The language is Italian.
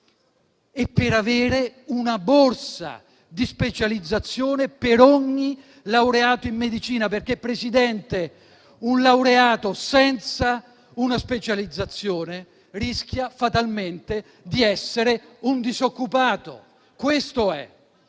e per avere una borsa di specializzazione per ogni laureato in medicina. Signor Presidente, un laureato, senza una specializzazione, rischia fatalmente di essere un disoccupato. Questa è